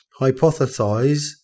hypothesize